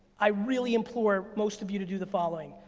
i really implore most of you to do the following.